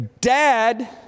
Dad